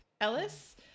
Ellis